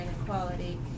inequality